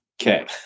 Okay